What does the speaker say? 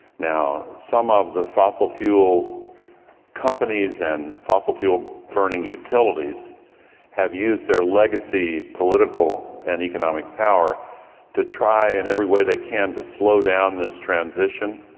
now, some of the fossil fuel companies and fossil fuel burning utilities have used their legacy, political, and economic power to try in every way they can to slow down this transition,